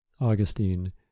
Augustine